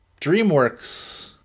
DreamWorks